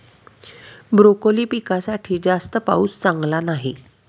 broccoli पिकासाठी जास्त पाऊस चांगला नाही